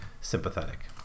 sympathetic